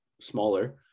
smaller